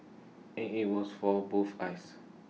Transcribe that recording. and IT was for both eyes